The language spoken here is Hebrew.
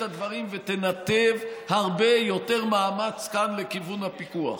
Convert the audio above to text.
הדברים ותנתב הרבה יותר מאמץ כאן לכיוון הפיקוח.